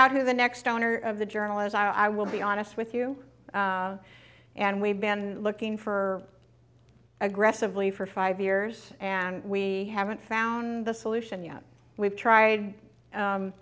out who the next owner of the journalist i will be honest with you and we've been looking for aggressively for five years and we haven't found the solution yet we've tried